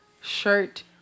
shirt